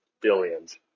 billions